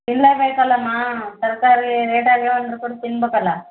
ತಿನ್ನಲೇ ಬೇಕಲ್ಲಮ್ಮಾ ತರಕಾರಿ ರೇಟ್ ಆಗ್ಯಾವೆ ಅಂದರೂ ಕೂಡ ತಿನ್ಬೇಕಲ್ಲ